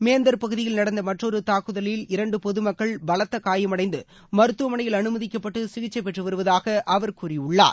மேந்தர் பகுதியில் நடந்த மற்றொரு தாக்குதலில் இரண்டு பொது மக்கள் பலத்த காயமடைந்து மருத்துவமனையில் அனுமதிக்கப்பட்டு சிகிச்சைப்பெற்று வருவதாக அவர் கூறியுள்ளார்